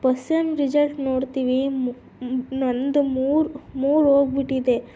first sem result ನೋಡ್ತೀವಿ ನಂದು ಮೂರು ಮೂರು ಹೋಗ್ಬಿಟ್ಟಿದೆ